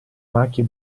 macchie